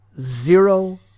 zero